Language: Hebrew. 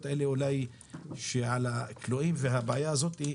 האלה אולי שעל הכלואים ואולי הבעיה הזאת,